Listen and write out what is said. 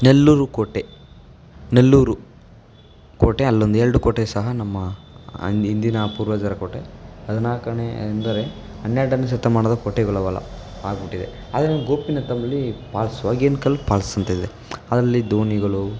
ನೆಲ್ಲೂರು ಕೋಟೆ ನೆಲ್ಲೂರು ಕೋಟೆ ಅಲ್ಲೊಂದು ಎರಡು ಕೋಟೆ ಸಹ ನಮ್ಮ ಹಿಂದಿನ ಪೂರ್ವಜರ ಕೋಟೆ ಹದಿನಾಲ್ಕನೇ ಎಂದರೆ ಹನ್ನೆರಡನೇ ಶತಮಾನದ ಕೋಟೆಗಳು ಅವೆಲ್ಲ ಆಗಿಬಿಟ್ಟಿದೆ ಆದರೆ ಗೋಪಿನಾಥಮಲ್ಲಿ ಪಾಲ್ಸ್ ಹೊಗೇನಕಲ್ ಪಾಲ್ಸ್ ಅಂತ ಇದೆ ಅದರಲ್ಲಿ ದೋಣಿಗಳು